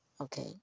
Okay